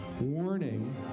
warning